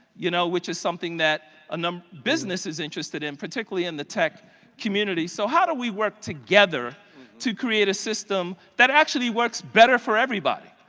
you know which is something that and um business is interested in, particularly in the tech community. so how do we work together to create a system that actually works better for everybody.